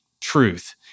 truth